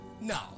No